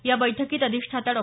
या बैठकीत अधिष्ठाता डॉ